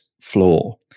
floor